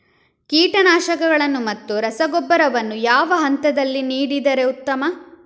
ಕೀಟನಾಶಕಗಳನ್ನು ಮತ್ತು ರಸಗೊಬ್ಬರವನ್ನು ಯಾವ ಹಂತದಲ್ಲಿ ನೀಡಿದರೆ ಉತ್ತಮ?